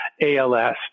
ALS